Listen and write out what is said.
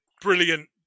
Brilliant